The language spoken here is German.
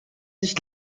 nicht